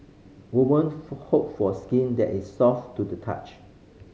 woman hope for skin that is soft to the touch